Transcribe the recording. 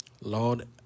Lord